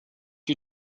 you